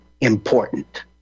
important